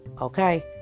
okay